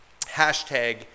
hashtag